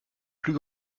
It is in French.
plus